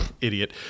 idiot